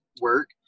work